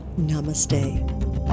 namaste